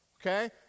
Okay